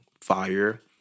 fire